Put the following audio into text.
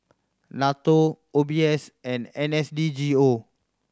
NATO O B S and N S D G O